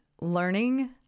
learning